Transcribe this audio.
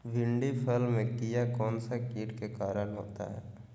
भिंडी फल में किया कौन सा किट के कारण होता है?